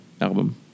album